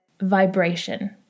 vibration